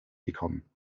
gekommen